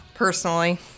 personally